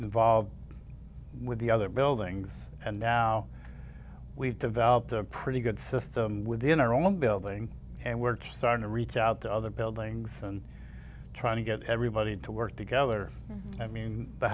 involved with the other buildings and now we've developed a pretty good system within our own building and we're trying to reach out to other buildings and try to get everybody to work together i mean the